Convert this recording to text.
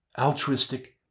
altruistic